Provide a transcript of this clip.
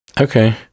Okay